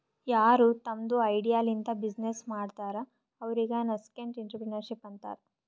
ಯಾರು ತಮ್ದು ಐಡಿಯಾ ಲಿಂತ ಬಿಸಿನ್ನೆಸ್ ಮಾಡ್ತಾರ ಅವ್ರಿಗ ನಸ್ಕೆಂಟ್ಇಂಟರಪ್ರೆನರ್ಶಿಪ್ ಅಂತಾರ್